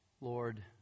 Lord